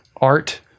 art